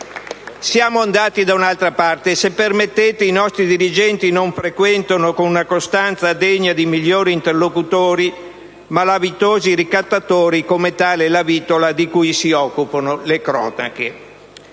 siamo andati da un'altra parte. E, se permettete, i nostri dirigenti non frequentano, con una costanza degna di migliori interlocutori, malavitosi ricattatori, come tale Lavitola, di cui si occupano le cronache.